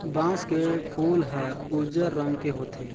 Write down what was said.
बांस के फूल हर उजर रंग के होथे